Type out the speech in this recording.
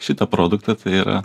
šitą produktą tai yra